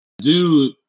Dude